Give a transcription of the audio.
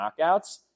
knockouts